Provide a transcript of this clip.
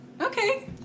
Okay